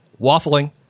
Waffling